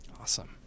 Awesome